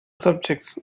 subjects